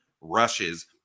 rushes